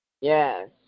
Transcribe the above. Yes